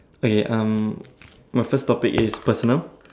okay um my first topic is personal